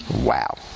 Wow